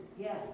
Yes